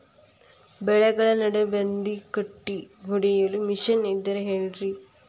ಬೆಳೆಗಳ ನಡುವೆ ಬದೆಕುಂಟೆ ಹೊಡೆಯಲು ಮಿಷನ್ ಇದ್ದರೆ ಹೇಳಿರಿ